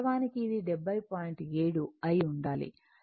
7అయి ఉండాలి ఎందుకంటే 7